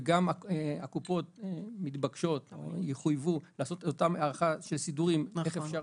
והקופות יחייבו לעשות סידורים איך אפשר.